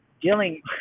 dealing